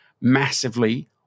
massively